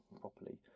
properly